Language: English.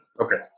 Okay